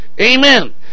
Amen